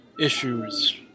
issues